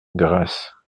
grasse